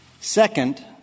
Second